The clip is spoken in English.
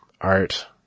art